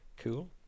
cool